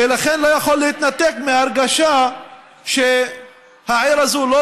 ולכן לא יכול להתנתק מההרגשה שהעיר הזאת לא